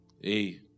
Hey